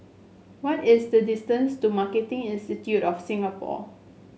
what is the distance to Marketing Institute of Singapore